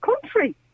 country